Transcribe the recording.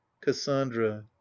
cassandra